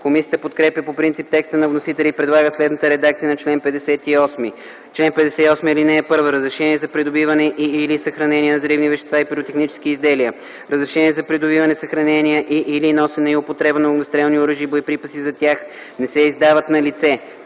Комисията подкрепя по принцип текста на вносителя и предлага следната редакция на чл. 58: „Чл. 58. (1) Разрешения за придобиване и/или съхранение на взривни вещества и пиротехнически изделия, разрешения за придобиване, съхранение и/или носене и употреба на огнестрелни оръжия и боеприпаси за тях не се издават на лице: